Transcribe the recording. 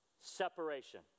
Separation